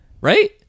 right